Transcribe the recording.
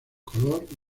color